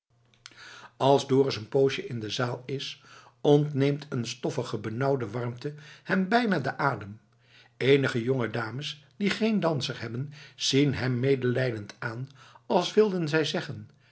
als dorus een poosje in de zaal is ontneemt een stoffige benauwde warmte hem bijna den adem eenige jonge dames die geen danser hebben zien hem medelijdend aan als wilden zij zeggen